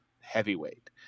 heavyweight